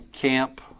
Camp